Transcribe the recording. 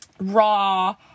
raw